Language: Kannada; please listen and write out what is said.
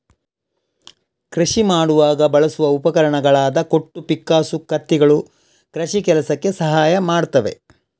ಕೃಷಿ ಮಾಡುವಾಗ ಬಳಸುವ ಉಪಕರಣಗಳಾದ ಕೊಟ್ಟು, ಪಿಕ್ಕಾಸು, ಕತ್ತಿಗಳು ಕೃಷಿ ಕೆಲಸಕ್ಕೆ ಸಹಾಯ ಮಾಡ್ತವೆ